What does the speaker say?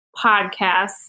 podcasts